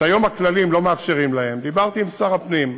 שהיום הכללים לא מאפשרים להן, דיברתי עם שר הפנים,